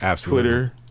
Twitter